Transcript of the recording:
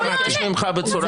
אני מבקש ממך בצורה מנומסת.